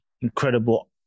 incredible